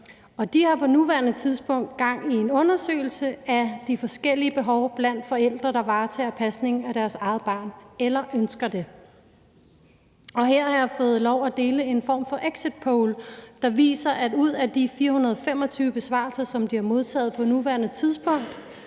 de har på nuværende tidspunkt gang i en undersøgelse af de forskellige behov blandt forældre, der varetager pasning af deres eget barn eller ønsker at gøre det. Her har jeg fået lov til at dele en form for exitpoll, der viser, at ud af de 425 besvarelser, som de har modtaget på nuværende tidspunkt,